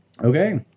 Okay